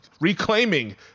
reclaiming